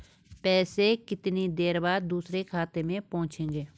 पैसे कितनी देर बाद दूसरे खाते में पहुंचेंगे?